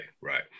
right